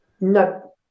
No